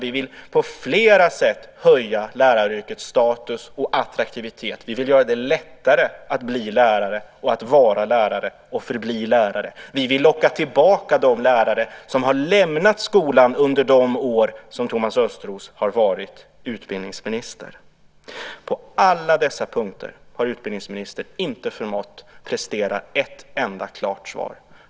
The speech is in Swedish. Vi vill på flera sätt höja läraryrkets status och attraktivitet. Vi vill göra det lättare att bli lärare, att vara lärare och att förbli lärare. Vi vill locka tillbaka de lärare som har lämnat skolan under de år som Thomas Östros har varit utbildningsminister. På alla dessa punkter har utbildningsministern inte förmått prestera ett enda klart svar.